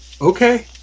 Okay